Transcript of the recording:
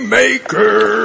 maker